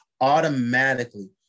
Automatically